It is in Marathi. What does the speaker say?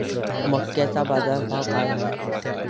मक्याचा बाजारभाव काय हाय?